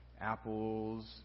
Apples